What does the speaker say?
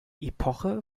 epoche